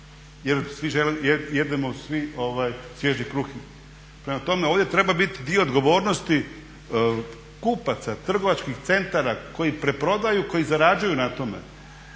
je kruh jer jedemo svi svježi kruh. Prema tome, ovdje treba biti dio odgovornosti kupaca, trgovačkih centara koji preprodaju, koji zarađuju na tome